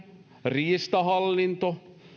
riistahallinto